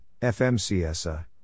FMCSA